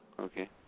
Okay